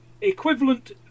equivalent